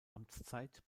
amtszeit